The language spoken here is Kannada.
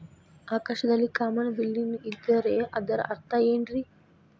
ಆಕಾಶದಲ್ಲಿ ಕಾಮನಬಿಲ್ಲಿನ ಇದ್ದರೆ ಅದರ ಅರ್ಥ ಏನ್ ರಿ?